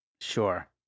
sure